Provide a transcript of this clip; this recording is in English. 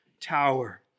tower